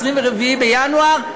24 בינואר,